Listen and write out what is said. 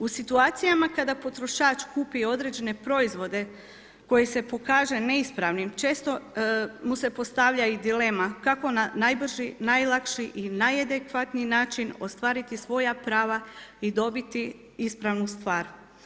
U situacijama kada potrošač kupi određene proizvode koji se pokaže neispravnim često mu se postavlja i dilema kako na najbrži, najlakši i najadekvatniji način ostvariti svoja prava i dobiti ispravnu stvar.